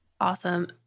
Awesome